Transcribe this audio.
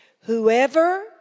whoever